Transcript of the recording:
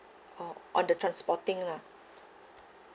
orh on the transporting lah